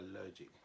allergic